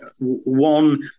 one